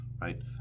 right